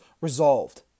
resolved